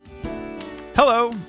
Hello